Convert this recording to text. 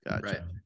Gotcha